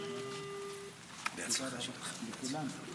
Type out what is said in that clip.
כבוד היושב-ראש, חבריי חברי הכנסת,